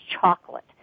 chocolate